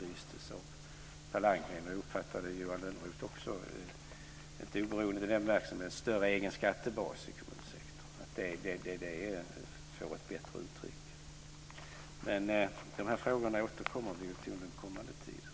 Per Landgren och, uppfattade jag, också Johan Lönnroth efterlyste att en större egen skattebas i kommunsektorn bättre kommer till uttryck. De frågorna återkommer vi framöver till.